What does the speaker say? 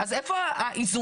אז איפה האיזון?